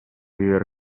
vivere